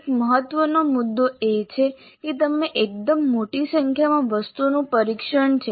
એક મહત્વનો મુદ્દો એ છે કે તે એકદમ મોટી સંખ્યામાં વસ્તુઓનું પરીક્ષણ છે